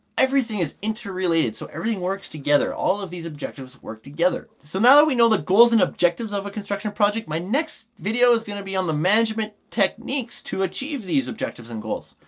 everything is interrelated so everything works together all of these objectives work together. so now that we know the goals and objectives of a construction project my next video is going to be on the management techniques to achieve these objectives and goals.